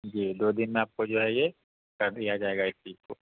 जी दो दिन में आपको जो है यह कर दिया जाएगा एक सीट बुक